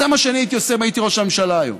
זה מה שאני הייתי עושה אם הייתי ראש הממשלה היום,